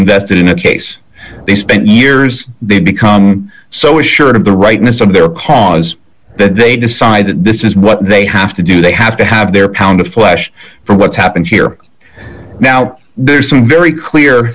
invested in a case they spent years they've become so sure of the rightness of their cause that they decided this is what they have to do they have to have their pound of flesh for what's happened here now there's some very clear